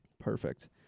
Perfect